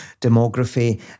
demography